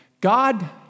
God